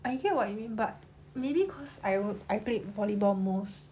I hear what you mean but maybe cause I would I played volleyball most